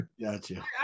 gotcha